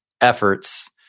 efforts